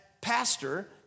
pastor